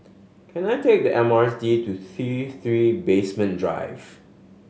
can I take the M R T to T Three Basement Drive